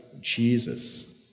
Jesus